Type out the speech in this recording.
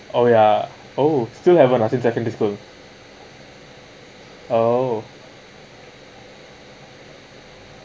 oh ya oh still have one ah since secondary school oh